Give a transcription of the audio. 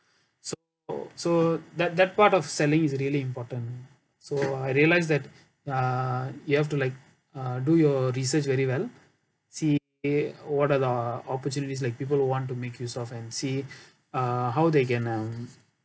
so so that that part of selling is really important so I realise that uh you have to like uh do your research very well see what are the opportunities like people who want to make use of and see uh how they can um